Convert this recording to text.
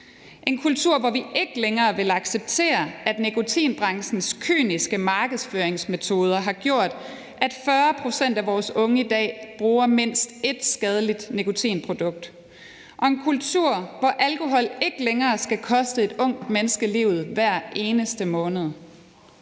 en kultur, hvor vi ikke længere vil acceptere, at nikotinbranchens kyniske markedsføringsmetoder har gjort, at 40 pct. af vores unge i dag bruger mindst ét skadeligt nikotinprodukt; og en kultur, hvor alkohol ikke længere skal koste et ungt menneske livet hver eneste måned.